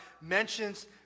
mentions